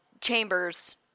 Chambers